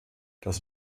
das